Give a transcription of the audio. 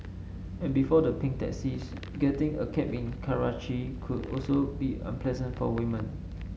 and before the pink taxis getting a cab in Karachi could also be unpleasant for women